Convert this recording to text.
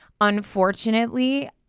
unfortunately